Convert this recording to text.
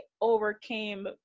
overcame